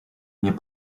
nie